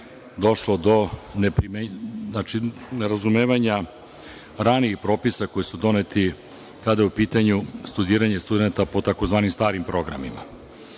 došlo do nerazumevanja ranijih propisa koji su doneti kada je u pitanju studiranje studenata po tzv. starim programima.